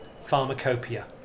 Pharmacopoeia